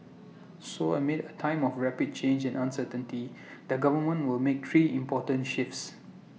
so amid A time of rapid change and uncertainty the government will make three important shifts